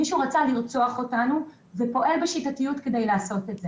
מישהו רצה לרצוח אותנו ופועל בשיטתיות כדי לעשות את זה.